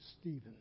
Stephen